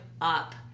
Up